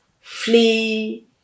flee